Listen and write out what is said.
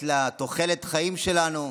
לתוחלת החיים שלנו.